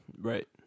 Right